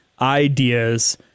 ideas